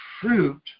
fruit